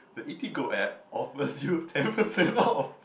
the Eatigo app offers you ten percent off